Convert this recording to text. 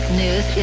news